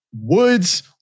Woods